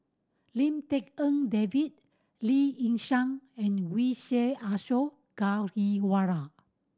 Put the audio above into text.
Lim Tik En David Lee Yi Shyan and Vijesh Ashok Ghariwala